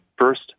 first